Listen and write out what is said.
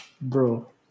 Bro